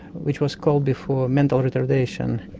which was called before mental retardation,